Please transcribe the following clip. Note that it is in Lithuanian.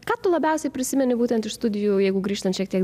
ką tu labiausiai prisimeni būtent iš studijų jeigu grįžtant šiek tiek